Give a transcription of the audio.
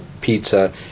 pizza